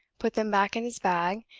put them back in his bag,